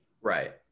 Right